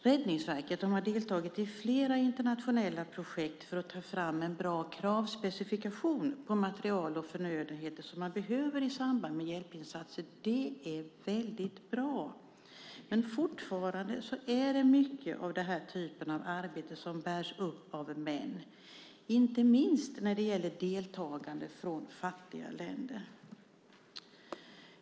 Räddningsverket har deltagit i flera internationella projekt för att ta fram en bra kravspecifikation på material och förnödenheter som man behöver i samband med hjälpinsatser. Det är mycket bra. Men fortfarande bärs mycket av denna typ av arbete upp av män, inte minst när det gäller deltagande från fattiga länder.